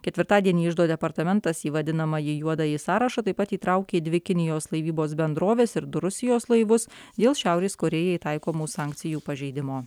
ketvirtadienį iždo departamentas į vadinamąjį juodąjį sąrašą taip pat įtraukė dvi kinijos laivybos bendroves ir du rusijos laivus dėl šiaurės korėjai taikomų sankcijų pažeidimo